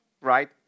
right